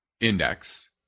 index